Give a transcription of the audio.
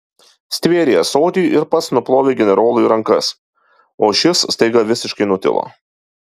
stvėrė ąsotį ir pats nuplovė generolui rankas o šis staiga visiškai nutilo